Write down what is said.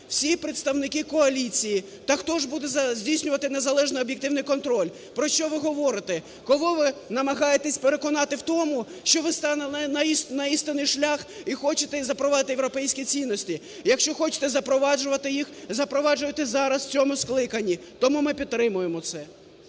всі представники коаліції. Так хто ж буде здійснювати незалежний об'єктивний контроль? Про що ви говорите? Кого ви намагаєтесь переконати в тому, що ви стали на істинний шлях і хочете запровадити європейські цінності? Якщо хочете запроваджувати їх – запроваджуйте зараз в цьому скликанні. Тому ми підтримуємо це.